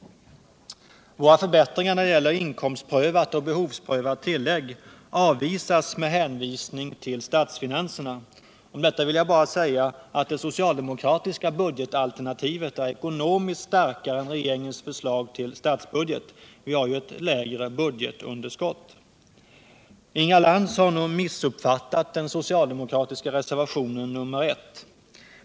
Våra förslag till förbättringar av inkomstprövat och behovsprövat tillägg avvisas med hänvisning till statsfinanserna. Om detta vill jag bara säga att det socialdemokratiska budgetalternativet är ekonomiskt starkare än regeringens förslag till statsbudget — vi har ju ett mindre budgetunderskott. Inga Lantz har nog missuppfattat den socialdemokratiska reservationen 1.